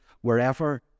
wherever